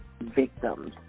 victims